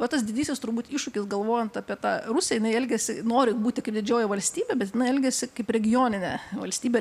va tas didysis turbūt iššūkis galvojant apie tą rusija jinai elgiasi nori būti kaip didžioji valstybė bet jinai elgiasi kaip regioninė valstybė